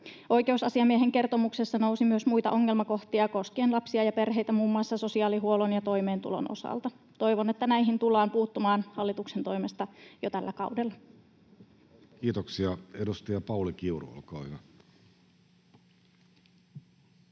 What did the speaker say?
Oikeusasiamiehen kertomuksessa nousi lapsia ja perheitä koskien myös muita ongelmakohtia muun muassa sosiaalihuollon ja toimeentulon osalta. Toivon, että näihin tullaan puuttumaan hallituksen toimesta jo tällä kaudella. [Speech 13] Speaker: Jussi Halla-aho